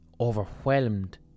overwhelmed